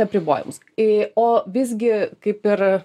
apribojimus į o visgi kaip ir